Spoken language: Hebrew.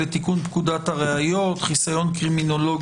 הצעת חוק לתיקון פקודת הראיות (חיסיון קרימינולוג